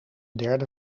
derde